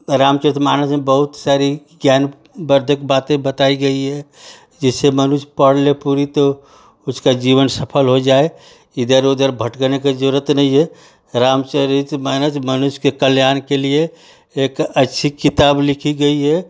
रामचरितमानस में बहुत सारी ज्ञानवर्धक बातें बताई गई है जिसे मनुज पढ़ ले पूरी तो उसका जीवन सफल हो जाए इधर उधर भट्कने कि जरूरत नहीं है रामचरितमानस मनुज के कल्याण के लिए एक अच्छी किताब लिखी गई है